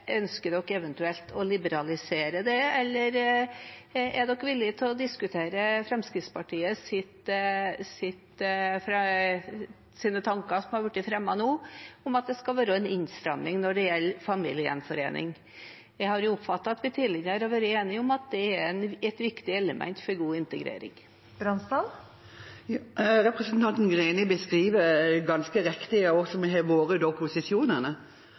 Ønsker de eventuelt å liberalisere det, eller er de villige til å diskutere Fremskrittspartiet sine tanker som har vært fremmet nå, om at det skal være en innstramning når det gjelder familiegjenforening? Jeg har oppfattet at vi tidligere har vært enig om at det er et viktig element for god integrering. Representanten Greni beskriver ganske riktig hva som har vært posisjonene. Vi vet også at alle politikkområder skal tas med i sonderingene og de